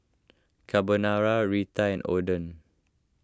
Carbonara Raita and Oden